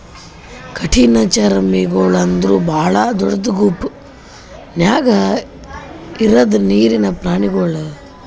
ಕಠಿಣಚರ್ಮಿಗೊಳ್ ಅಂದುರ್ ಭಾಳ ದೊಡ್ಡ ಗುಂಪ್ ನ್ಯಾಗ ಇರದ್ ನೀರಿನ್ ಪ್ರಾಣಿಗೊಳ್